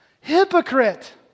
hypocrite